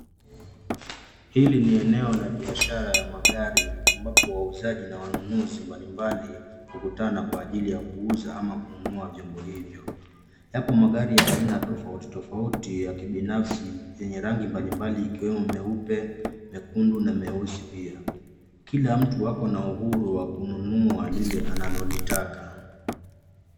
Hili ni eneo la biashara ya magari ambapo wauzaji na wanunuzi mbalimbali hukutana kwa ajili ya kuuza au kununua vyombo hivyo. Yapo magari ya aina tofautitofauti ya kibinafsi yenye rangi mbalimbali, ikiwemo meupe, mekundu na meusi pia. Kila ako na uhuru wa kununua lile analolitaka.